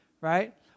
right